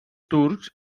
turcs